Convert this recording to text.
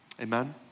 Amen